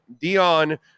Dion